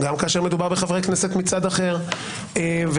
זו